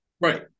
Right